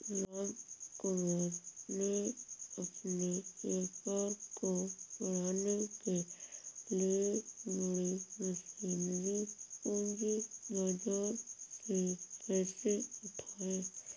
रामकुमार ने अपने व्यापार को बढ़ाने के लिए बड़ी मशीनरी पूंजी बाजार से पैसे उठाए